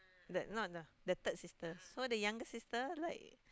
that not lah the third sister so the younger sister like